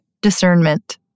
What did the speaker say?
discernment